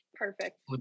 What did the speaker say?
Perfect